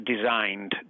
designed